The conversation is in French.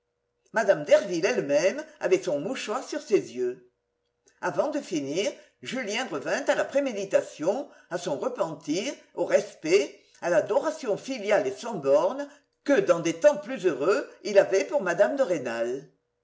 mme derville elle-même avait son mouchoir sur ses yeux avant de finir julien revint à la préméditation à son repentir au respect à l'adoration filiale et sans bornes que dans des temps plus heureux il avait pour mme de rênal